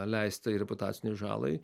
leist tai reputacinei žalai